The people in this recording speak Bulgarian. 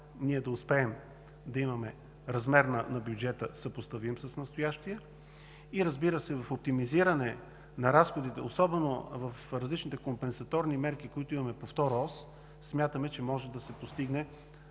ние да успеем да имаме размер на бюджета, съпоставим с настоящия, и разбира се, в оптимизиране на разходите, особено в различните компенсаторни мерки, които имаме по Втора ос. Смятаме, че може да се постигне